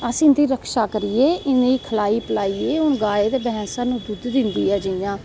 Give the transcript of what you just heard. अस इंदी रक्षा करियै इनेंगी खलाई पलैइयै गाय ते भैंस दुद्द दिंदी ऐ जियां